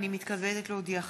הנני מתכבדת להודיעכם,